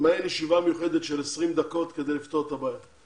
מעין ישיבה מיוחדת של 20 דקות כדי לפתור את הבעיה,